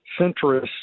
centrist